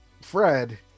Fred